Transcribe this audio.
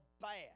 bad